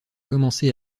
commencer